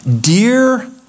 Dear